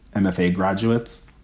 and mfa graduates,